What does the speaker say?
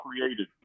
created